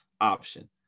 option